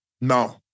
no